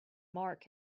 mark